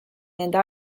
nende